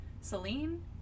Celine